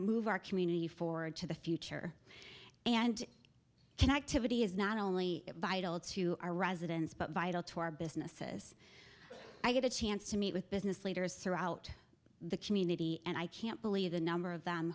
move our community forward to the future and connectivity is not only vital to our residents but vital to our businesses i had a chance to meet with business leaders throughout the community and i can't believe the number of them